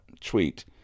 tweet